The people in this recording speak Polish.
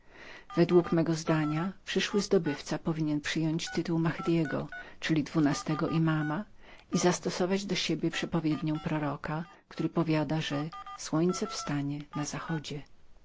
według mego zdania przyszły zdobywca ma przyjąć tytuł mahadego czyli dwunastego imana i powiniempowinien zastosować do siebie przepowiednię proroka który powiada że słońce wstanie na zachodzie